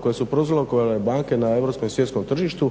koju su prouzrokovale banke na europskom i svjetskom tržištu